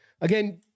again